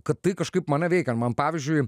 kad tai kažkaip mane veikia ir man pavyzdžiui